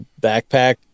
backpack